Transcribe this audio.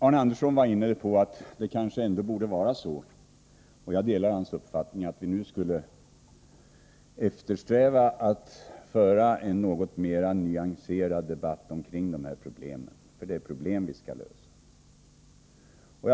Arne Andersson i Ljung menade att vi skulle eftersträva att föra en något mera nyanserad debatt om de här problemen, för det är problem vi skall lösa. Jag delar hans uppfattning.